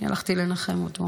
אני הלכתי לנחם אותו,